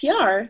PR